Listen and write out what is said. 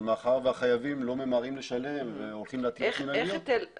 אבל מאחר והחייבים לא ממהרים לשלם והולכים --- אוקיי,